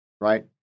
right